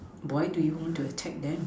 why do you want to attack them